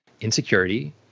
insecurity